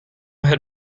has